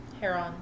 heron